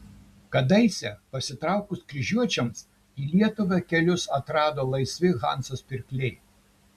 kadaise pasitraukus kryžiuočiams į lietuvą kelius atrado laisvi hanzos pirkliai